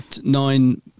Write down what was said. nine